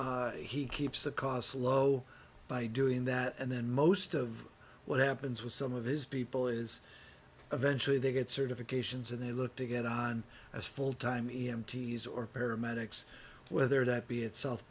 departments he keeps the costs low by doing that and then most of what happens with some of his people is eventually they get certifications and they look to get on as full time in mts or paramedics whether that be at south